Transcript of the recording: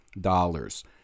dollars